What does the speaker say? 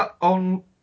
on